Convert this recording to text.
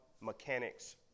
mechanics